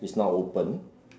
it's now open